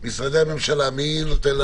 משרדי הממשלה, מי המוביל